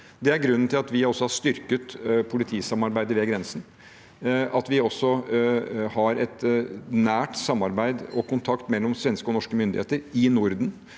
Det er grunnen til at vi har styrket politisamarbeidet ved grensen, at vi har et nært samarbeid og kontakt mellom svenske og norske myndigheter i Norden,